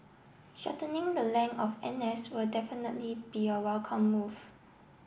shortening the length of N S will definitely be a welcome move